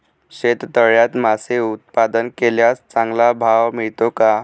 शेततळ्यात मासे उत्पादन केल्यास चांगला भाव मिळतो का?